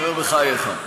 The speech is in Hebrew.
נו, בחייך.